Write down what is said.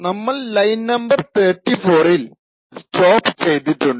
നമ്മൾ line number 34 ൽ stop ചെയ്തിട്ടുണ്ട്